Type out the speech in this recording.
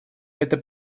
это